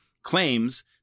Claims